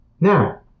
Now